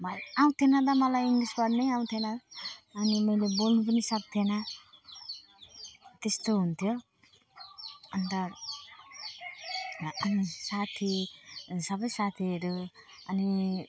मलाई आउँथेन त मलाई इङ्लिस पढ्नै आउँथेन अनि मैले बोल्नु पनि सक्दिनँ थिएँ त्यस्तो हुन्थ्यो अन्त अनि साथी अनि सबै साथीहरू अनि